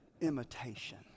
imitation